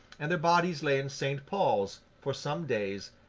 and their bodies lay in st. paul's, for some days,